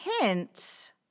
hints